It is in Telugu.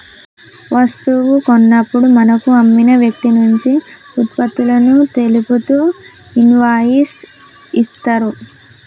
వస్తువు కొన్నప్పుడు మనకు అమ్మిన వ్యక్తినుంచి వుత్పత్తులను తెలుపుతూ ఇన్వాయిస్ ఇత్తరు